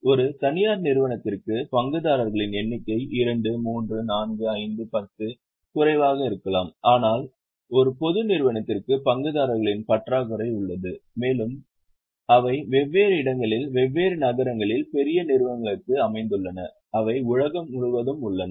ஒரு தனியார் நிறுவனத்திற்கு பங்குதாரர்களின் எண்ணிக்கை 2 3 4 5 10 குறைவாக இருக்கலாம் ஆனால் ஒரு பொது நிறுவனத்திற்கு பங்குதாரர்களின் பற்றாக்குறை உள்ளது மேலும் அவை வெவ்வேறு இடங்களில் வெவ்வேறு நகரங்களில் பெரிய நிறுவனங்களுக்கு அமைந்துள்ளன அவை உலகம் முழுவதும் உள்ளன